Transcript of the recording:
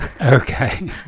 Okay